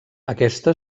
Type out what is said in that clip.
aquesta